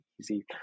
easy